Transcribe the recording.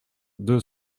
deux